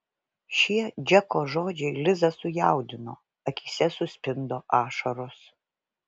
šie džeko žodžiai lizą sujaudino akyse suspindo ašaros